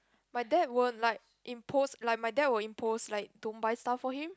my dad won't like impose like my dad will impose like don't buy stuff for him